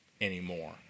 anymore